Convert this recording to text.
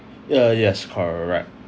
yeah yes correct